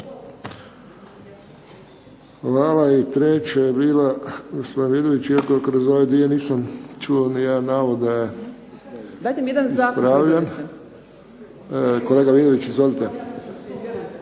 Hvala. I treća je bila gospodin Vidović iako kroz ove 2 nisam čuo ni jedan navod da je ispravljen. Kolega Vidović izvolite.